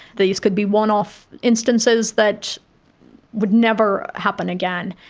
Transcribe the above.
these could be one-off instances that would never happen again.